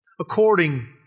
According